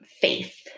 faith